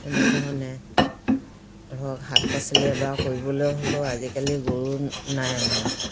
তেনেধৰণে ধৰক শাক পাচলি এডৰা কৰিবলৈ হ'লেও আজিকালি গৰু নাই মানুহ